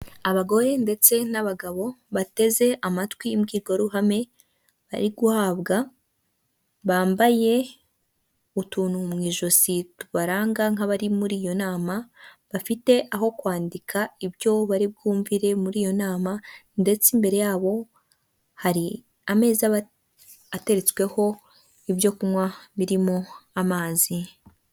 Hano ni muri supamaketi, amatara ari kwaka. Harimo etajeri nyinshi ziriho ibicuruzwa bitandukanye. Ndahabona urujya n'uruza rw'abantu, barimo guhaha.